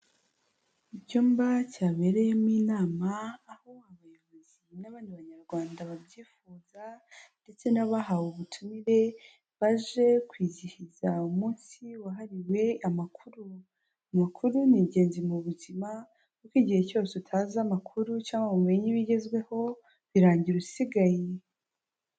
Icyumba cyabereyemo inama aho abayobozi n'abandi banyarwanda babyifuza ndetse n'abahawe ubutumire baje kwizihiza umunsi wahariwe amakuru. Amakuru ni ingenzi mu buzima kuko igihe cyose utazi amakuru cyangwa ngo umenye ibigezweho birangira usigaye.